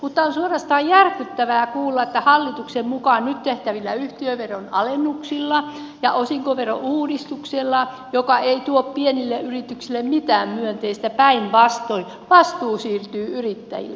mutta on suorastaan järkyttävää kuulla että hallituksen mukaan nyt tehtävillä yhtiöveron alennuksilla ja osinkoverouudistuksella joka ei tuo pienille yrityksille mitään myönteistä päinvastoin vastuu siirtyy yrittäjille